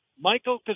michael